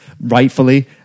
rightfully